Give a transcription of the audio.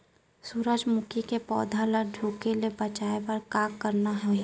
सूरजमुखी के पौधा ला झुके ले बचाए बर का करना हे?